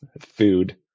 food